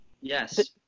Yes